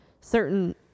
certain